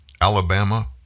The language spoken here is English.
Alabama